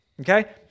Okay